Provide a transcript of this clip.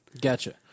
Gotcha